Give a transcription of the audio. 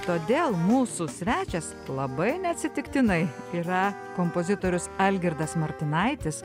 todėl mūsų svečias labai neatsitiktinai yra kompozitorius algirdas martinaitis